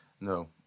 No